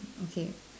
okay